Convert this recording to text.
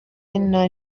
nta